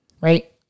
right